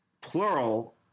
Plural